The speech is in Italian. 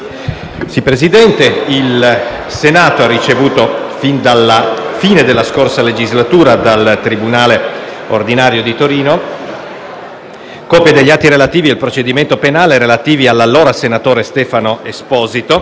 Presidente, il Senato ha ricevuto, fin dalla fine della scorsa legislatura, dal tribunale ordinario di Torino, copia degli atti relativi al procedimento penale nei confronti dell'allora senatore Stefano Esposito,